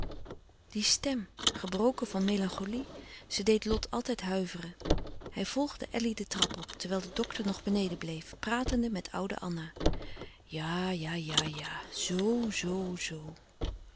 die stem gebroken van melancholie ze deed lot altijd huiveren hij volgde elly de trap op terwijl de dokter nog beneden bleef pratende met oude anna ja ja ja ja